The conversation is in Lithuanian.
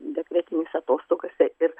dekretinės atostogose ir